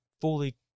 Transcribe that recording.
fully